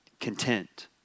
content